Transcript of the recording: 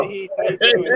Hey